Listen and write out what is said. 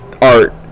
Art